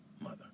mother